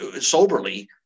soberly